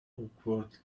awkward